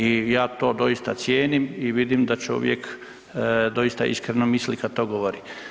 I ja to doista cijenim i vidim da čovjek doista iskreno misli kad to govori.